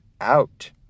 out